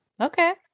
Okay